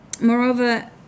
Moreover